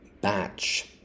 batch